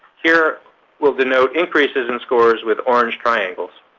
here we'll denote increases in scores with orange triangles.